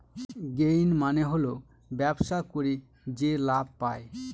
gain মানে হল ব্যবসা করে যে লাভ পায়